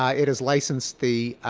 ah it has licensed the